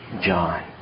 John